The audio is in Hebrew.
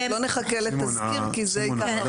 לא נחכה לתזכיר כי זה ייקח זמן.